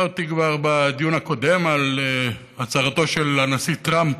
דיברתי כבר בדיון הקודם על הצהרתו של הנשיא טראמפ.